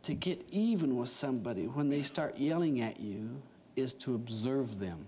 to get even with somebody when they start yelling at you is to observe them